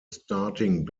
starting